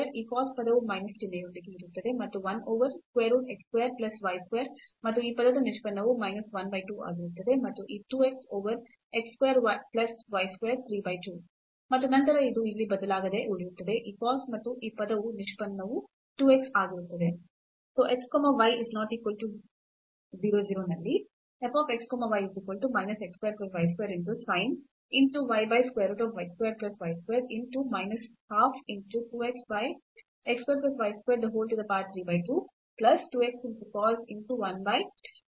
ಈ cos ಪದವು minus ಚಿಹ್ನೆಯೊಂದಿಗೆ ಇರುತ್ತದೆ ಮತ್ತು 1 over square root x square plus y square ಮತ್ತು ಈ ಪದದ ನಿಷ್ಪನ್ನವು ಮೈನಸ್ 1 ಬೈ 2 ಆಗಿರುತ್ತದೆ ಮತ್ತು ಈ 2 x over x square plus y square 3 ಬೈ 2